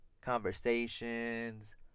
Conversations